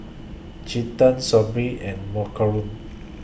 Chetan Sudhir and